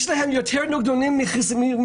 יש להם יותר נוגדנים ממחוסנים,